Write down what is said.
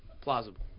plausible